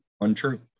untrue